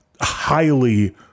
highly